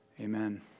amen